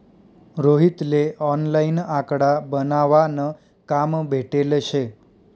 रोहित ले ऑनलाईन आकडा बनावा न काम भेटेल शे